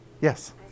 Yes